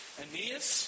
Aeneas